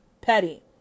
Petty